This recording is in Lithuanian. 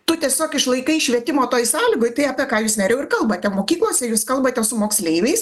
tu tiesiog išlaikai švietimo toj sąlygoj tai apie ką jūs nerijau ir kalbate mokyklose jūs kalbate su moksleiviais